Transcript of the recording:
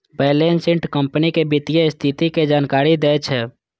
balance sheet company के वित्तीय स्थिति के जानकारी दै छै